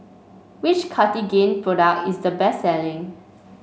which Cartigain product is the best selling